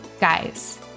Guys